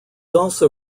also